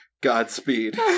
Godspeed